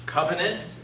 Covenant